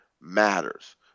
matters